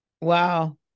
Wow